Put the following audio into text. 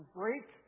break